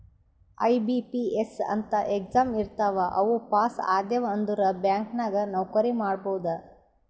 IBPS ಅಂತ್ exam ಇರ್ತಾವ್ ಅವು ಪಾಸ್ ಆದ್ಯವ್ ಅಂದುರ್ ಬ್ಯಾಂಕ್ ನಾಗ್ ನೌಕರಿ ಮಾಡ್ಬೋದ